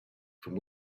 from